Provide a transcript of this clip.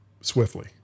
swiftly